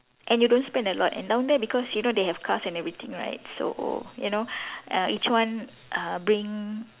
and you don't spend a lot and down there because you know they have cars and everything right so you know uh each one uh bring